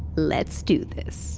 let's do this